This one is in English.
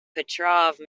petrov